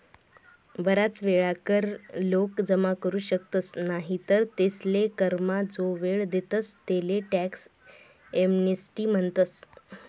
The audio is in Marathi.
बराच वेळा कर लोक जमा करू शकतस नाही तर तेसले करमा जो वेळ देतस तेले टॅक्स एमनेस्टी म्हणतस